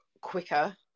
quicker